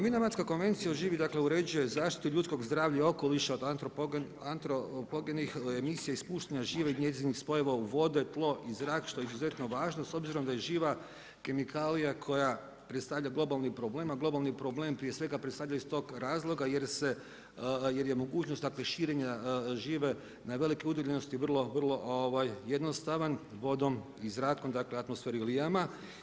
Minamatska konvencija o živi dakle uređuje zaštitu ljudskog zdravlja i okoliša antropogenih emisija ispuštanja žive i njezinih spojeva u vodu i tlo i zrak, što je izuzetno važno s obzirom da je živa kemikalija koja predstavlja globalni problem, a globalni problem prije svega predstavljaju iz tog razloga jer je mogućnost dakle širenja žive na velike udaljenosti vrlo jednostavan, vodom i zrakom, dakle atmosferilijama.